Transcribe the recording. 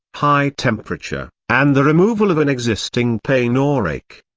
high temperature, and the removal of an existing pain or ache.